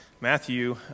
Matthew